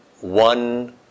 one